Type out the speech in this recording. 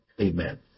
Amen